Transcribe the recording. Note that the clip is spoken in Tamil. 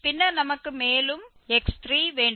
பின்னர் நமக்கு மேலும் x3 வேண்டும்